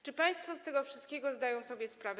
Czy państwo z tego wszystkiego zdają sobie sprawę?